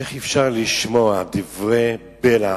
איך אפשר לשמוע דברי בלע